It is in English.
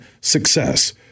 success